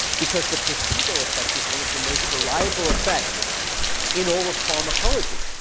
because the placebo effect is one of the most reliable effects in all of pharmacology.